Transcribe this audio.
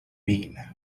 mean